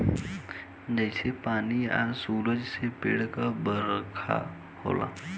जइसे पानी आ सूरज से पेड़ बरका होला